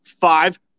five